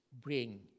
bring